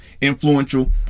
influential